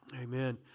amen